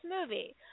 movie